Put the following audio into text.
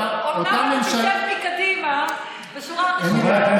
תשב מקדימה בשורה הראשונה.